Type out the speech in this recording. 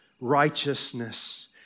righteousness